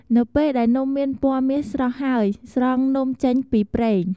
នៅពេលដែលនំមានពណ៌មាសស្រស់ហើយ ស្រង់នំចេញពីប្រេង។